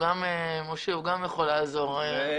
גם הוא יכול לעזור.